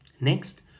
Next